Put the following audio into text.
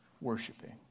worshiping